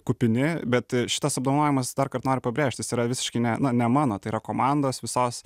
kupini bet šitas apdovanojimas darkart noriu pabrėžt jis yra visiškai ne ne mano tai yra komandos visos